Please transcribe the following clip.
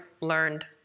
learned